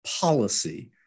policy